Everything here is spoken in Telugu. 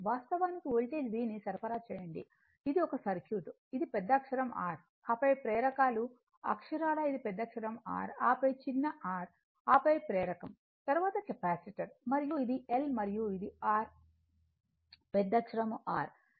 వాస్తవానికి వోల్టేజ్ V ను సరఫరా చేయండి ఇది ఒక సర్క్యూట్ ఇది పెద్దఅక్షరం R ఆపై ప్రేరకాలు అక్షరాలా ఇది పెద్దఅక్షరం R ఆపై చిన్న r ఆపై ప్రేరకము తరువాత కెపాసిటర్ మరియు ఇది L మరియు ఇది r పెద్దఅక్షరం R